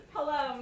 Hello